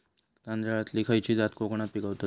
तांदलतली खयची जात कोकणात पिकवतत?